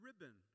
ribbon